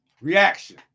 Reaction